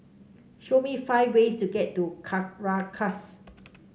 show me five ways to get to Caracas